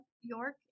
York